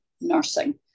nursing